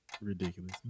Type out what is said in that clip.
Ridiculous